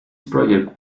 project